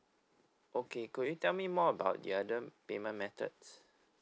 okay could you tell me more about the other payment methods